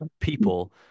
people